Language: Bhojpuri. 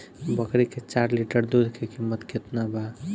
बकरी के चार लीटर दुध के किमत केतना बा?